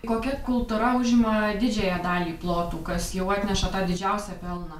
kokia kultūra užima didžiąją dalį plotų kas jau atneša didžiausią pelną